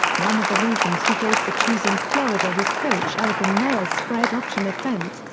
one of the reasons he gave for choosing florida was coach urban meyer's spread option offense,